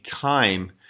time